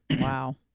Wow